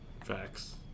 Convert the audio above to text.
Facts